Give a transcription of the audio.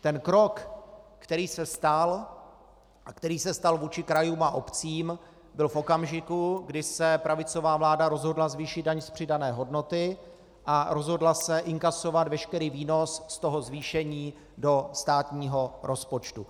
Ten krok, který se stal vůči krajům a obcím, byl v okamžiku, kdy se pravicová vláda rozhodla zvýšit daň z přidané hodnoty a rozhodla se inkasovat veškerý výnos z toho zvýšení do státního rozpočtu.